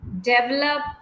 develop